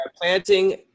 planting